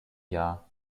jahr